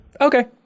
Okay